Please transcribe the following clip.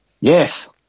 Yes